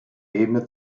ebene